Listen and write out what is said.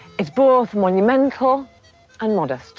it's both monumental and modest.